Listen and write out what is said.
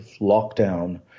lockdown